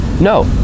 no